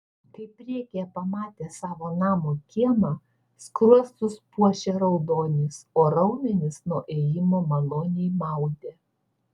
kai priekyje pamatė savo namo kiemą skruostus puošė raudonis o raumenis nuo ėjimo maloniai maudė